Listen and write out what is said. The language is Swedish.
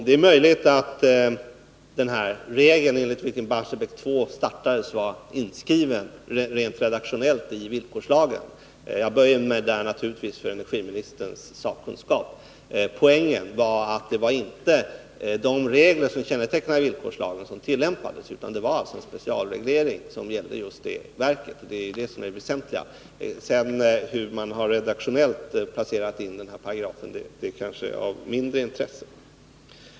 Det är möjligt att denna regel, enligt vilken Barsebäck 2 startades, rent redaktionellt var inskriven i villkorslagen. Jag böjer mig här naturligtvis för energiministerns sakkunskap. Poängen var att det inte var de regler som kännetecknar villkorslagen som tillämpades, utan det var en specialreglering som gällde just det verket, och det är det som är det väsentliga. Hur man sedan redaktionellt har placerat in denna paragraf är kanske av mindre intresse.